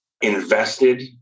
invested